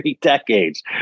decades